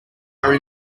are